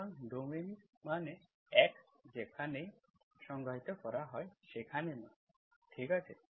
সুতরাং ডোমেইন মানে মান x যেখানেই সংজ্ঞায়িত করা হয় সেখানে নেয় ঠিক আছে